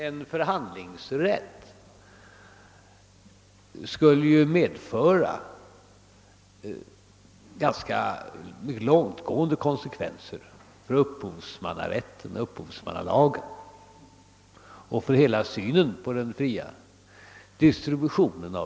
En förhandlingsrätt skulle ju medföra ganska långtgående konsekvenser för upphovsrätten och upphovslagen liksom för synen på hela den fria litteraturdistributionen.